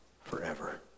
forever